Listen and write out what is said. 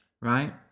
right